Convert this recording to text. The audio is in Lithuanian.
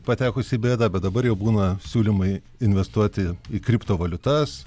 patekus į bėdą bet dabar jau būna siūlymai investuoti į kriptovaliutas